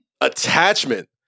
attachment